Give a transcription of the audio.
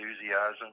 enthusiasm